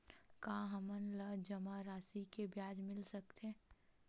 का हमन ला जमा राशि से ब्याज मिल सकथे?